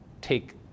take